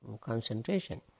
concentration